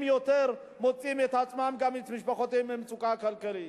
יותר ומוצאים את עצמם וגם את משפחותיהם במצוקה כלכלית.